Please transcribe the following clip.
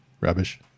rubbish